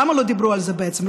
למה לא דיברו על זה, בעצם?